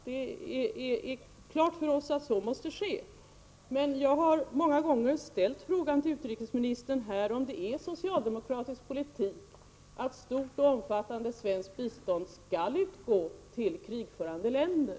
Det är klart för oss moderater att så måste ske, men jag har till utrikesministern många gånger ställt frågan om det är socialdemokratisk politik att omfattande svenskt bistånd skall utgå till krigförande länder.